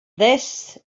this